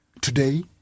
Today